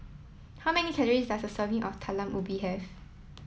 how many calories does a serving of Talam Ubi have